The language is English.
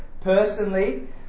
personally